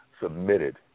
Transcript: submitted